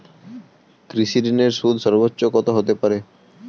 কৃষিঋণের সুদ সর্বোচ্চ কত হতে পারে?